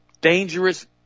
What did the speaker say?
dangerous